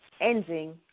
ending